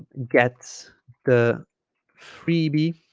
gets the freebie